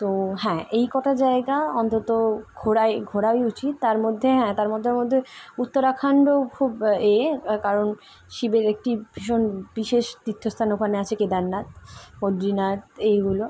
তো হ্যাঁ এই কটা জায়গা অন্তত ঘোরায় ঘোরায় উচিত তার মধ্যে হ্যাঁ তার মধ্যের মধ্যে উত্তরাখান্ডও খুব এ কারণ শিবের একটি ভীষণ বিশেষ তীর্থস্থান ওখানে আছে কেদারনাথ বদ্রীনাথ এইগুলো